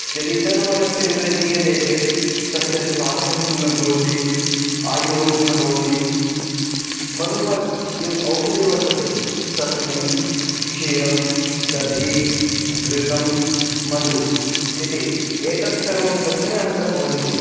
यदि तद्वरस्य कृते दीयते चेत् तस्य स्वास्थ्यं सम्यक् भवति आयुर्वर्धनं भवति मधुपर्कः यद् औषधिः वर्तते तस्मिन् क्षीरं दधि घृतं मधु इति एतत् सर्वं तस्मिन् अन्तर्भवति